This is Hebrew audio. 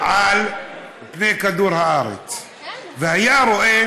על פני כדור הארץ, והיה רואה,